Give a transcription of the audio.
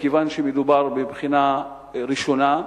מכיוון שמדובר בבחינה ראשונה,